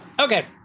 okay